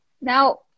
Now